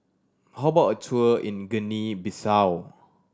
how about a tour in Guinea Bissau